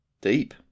Deep